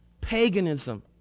paganism